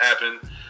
happen